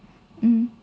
mm